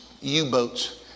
U-boats